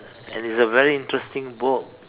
and it's a very interesting book